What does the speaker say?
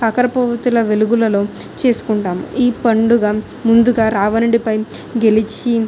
కాకారపువ్వు ఒత్తుల వెలుగులలో చేసుకుంటాము ఈ పండుగ ముందుగా రావణుడిపై గెలిచి